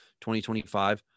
2025